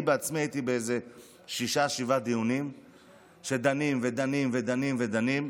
אני בעצמי הייתי בשישה-שבעה דיונים שדנים ודנים ודנים ודנים,